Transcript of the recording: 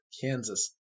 Kansas